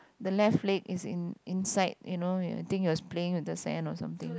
the left leg is in inside you know I think he was playing with the sand or something